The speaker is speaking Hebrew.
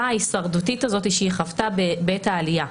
ההישרדותית הזאת שהיא חוותה בעת העלייה.